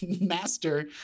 master